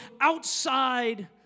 outside